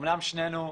אמנם שנינו,